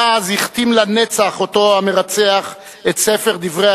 מאז הכתים לנצח אותו המרצח את ספר דברי